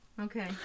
Okay